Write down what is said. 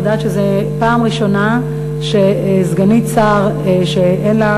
אני יודעת שזו פעם ראשונה שסגנית שר שאין לה